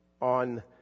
on